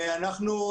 אנחנו,